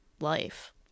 life